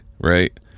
right